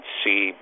see